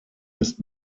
ist